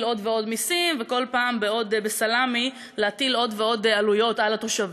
עוד ועוד מסים וכל פעם בסלמי להטיל עוד ועוד עלויות על התושבים.